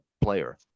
player